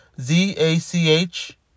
Z-A-C-H